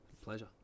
Pleasure